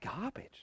garbage